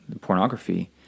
pornography